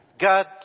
God